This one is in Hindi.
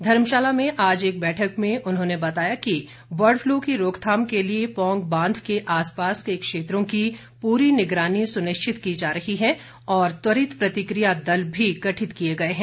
धर्मशाला में आज एक बैठक में उन्होंने बताया कि बर्ड फ्लू की रोकथाम के लिए पौंग बांध के आसपास के क्षेत्रों की पूरी निगरानी सुनिश्चित की जा रही है और त्वरित प्रतिक्रिया दल भी गठित किए गए हैं